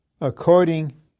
according